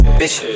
bitch